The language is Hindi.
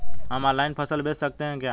हम ऑनलाइन फसल बेच सकते हैं क्या?